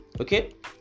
Okay